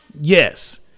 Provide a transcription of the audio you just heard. Yes